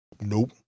nope